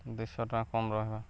ଦୁଇଶହ ଟଙ୍କା କମ୍ ରହେବା